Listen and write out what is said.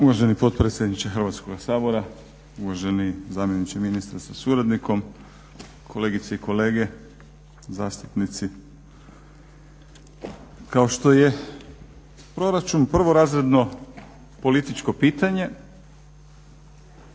Uvaženi potpredsjedniče Hrvatskoga sabora, uvaženi zamjeniče ministra sa suradnikom, kolegice i kolege zastupnici. Kao što je proračun prvorazredno političko pitanje,